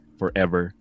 forever